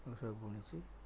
ଏସବୁ ବୁଣିଛି